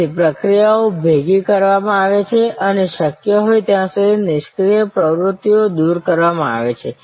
તેથી પ્રવૃત્તિઓ ભેગી કરવામાં આવે છે અને શક્ય હોય ત્યાં સુધી નિષ્ક્રિય પ્રવૃત્તિઓ દૂર કરવામાં આવે છે